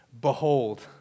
Behold